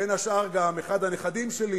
בין השאר גם אחד הנכדים שלי.